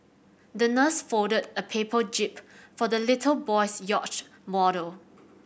the nurse folded a paper jib for the little boy's yacht model